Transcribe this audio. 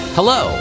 Hello